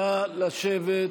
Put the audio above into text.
נא לשבת,